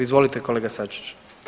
Izvolite kolega Sačić.